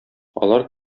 алар